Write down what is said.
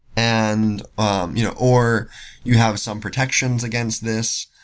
and um you know or you have some protections against this,